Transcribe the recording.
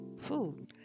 food